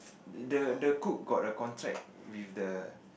the the cook got a contract with the